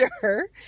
sure